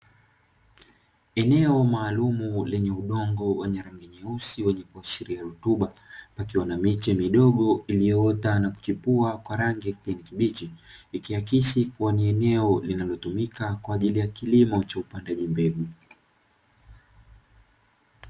Eneo maalumu lenye udongo wenye rangi nyeusi wenye kuashiria rutuba, pakiwa na miche midogo iliyoota na kuchipua kwa rangi ya kijani kibichi. Ikiakisi kuwa ni eneo linalotumika kwa ajili ya kilimo cha upandaji mbegu.